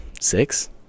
six